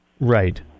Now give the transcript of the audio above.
Right